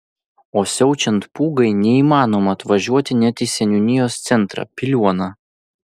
o siaučiant pūgai neįmanoma atvažiuoti net į seniūnijos centrą piliuoną